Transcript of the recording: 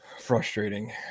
frustrating